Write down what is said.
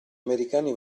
americani